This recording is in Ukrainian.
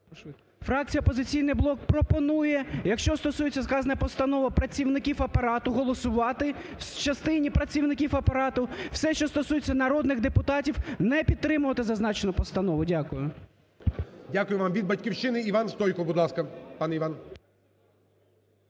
Фракція "Опозиційний блок" блоку пропонує, якщо стосується сказана постанова працівників Апарату, голосувати в частині працівників Апарату. Все, що стосується народних депутатів, не підтримувати зазначену постанову. Дякую. ГОЛОВУЮЧИЙ. Дякую вам. Від "Батьківщини" Іван Стойко, будь ласка.